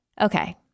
Okay